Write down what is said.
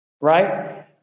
Right